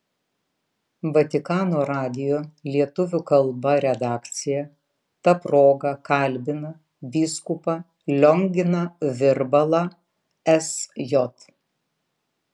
vatikano radijo lietuvių kalba redakcija ta proga kalbina vyskupą lionginą virbalą sj